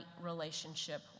relationship